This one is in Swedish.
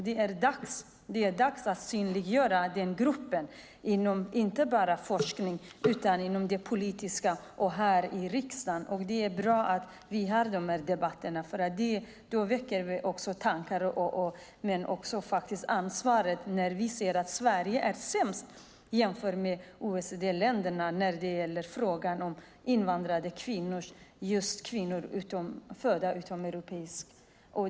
Det är dags att synliggöra denna grupp inte bara inom forskningen utan även inom det politiska och här i riksdagen. Det är bra att vi har dessa debatter, för då väcker vi tankar men också ansvar när vi ser att Sverige är sämst av OECD-länderna när det gäller frågan om just invandrade kvinnor födda utanför Europa.